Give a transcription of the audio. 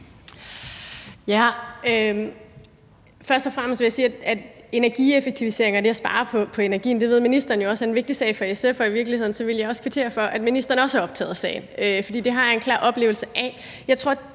Først og fremmest vil jeg sige, at energieffektiviseringer og det at spare på energien er en vigtig sag for SF; det ved ministeren jo også. Og i virkeligheden vil jeg også kvittere for, at ministeren også er optaget af sagen, for det har jeg en klar oplevelse af.